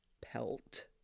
pelt